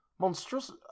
Monstrous